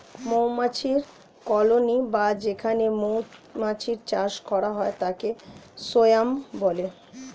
মৌমাছির কলোনি বা যেখানে মৌমাছির চাষ করা হয় তাকে সোয়ার্ম বলে